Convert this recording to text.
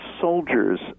soldiers